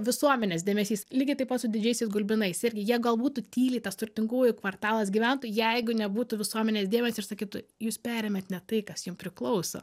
visuomenės dėmesys lygiai taip pat su didžiaisiais gulbinais irgi jie gal būtų tyliai tas turtingųjų kvartalas gyventų jeigu nebūtų visuomenės dėmesio ir sakytų jūs perėmėt ne tai kas jum priklauso